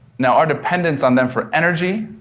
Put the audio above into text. now, our dependence on them for energy